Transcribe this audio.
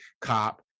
cop